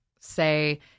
say